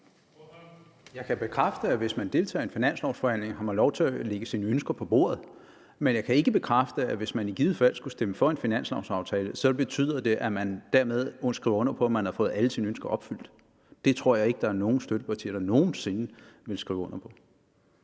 Jeg kan bekræfte, at hvis man deltager i en finanslovsforhandling, har man lov til at lægge sine ønsker på bordet. Men jeg kan ikke bekræfte, at hvis man i givet fald skulle stemme for et finanslovsforslag, ville det betyde, at man dermed skrev under på, at man havde fået alle sine ønsker opfyldt. Det tror jeg ikke at der er nogen støttepartier der nogen sinde ville skrive under på.